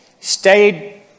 stayed